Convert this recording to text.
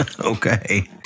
Okay